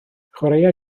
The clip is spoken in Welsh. chwaraea